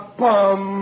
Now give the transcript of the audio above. bum